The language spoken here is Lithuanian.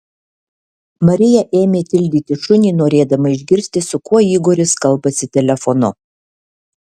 marija ėmė tildyti šunį norėdama išgirsti su kuo igoris kalbasi telefonu